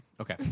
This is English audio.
Okay